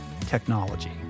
technology